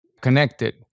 connected